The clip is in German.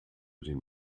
den